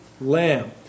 lamb